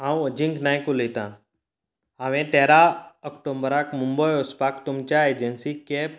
हांव अजिंक्य नायक उलयतां हांवें तेरा ऑक्टोबराक मुंबय वचपाक तुमच्या एजन्सीन कॅब